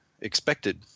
expected